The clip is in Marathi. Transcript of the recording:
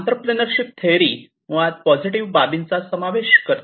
इन्तेर्प्रेनुरशिप थेअरी मुळात पॉझिटिव्ह बाबींचा समावेश करते